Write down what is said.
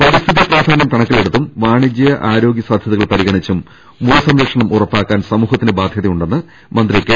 പരിസ്ഥിതി പ്രാധാന്യം കണക്കിലെടുത്തും വാണിജ്യ ആരോഗ്യ സാധ്യതകൾ പരിഗണിച്ചും മുള സംരക്ഷണം ഉറപ്പാക്കാൻ സമൂഹ ത്തിന് ബാധ്യതയുണ്ടെന്ന് മന്ത്രി കെ